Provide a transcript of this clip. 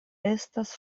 estas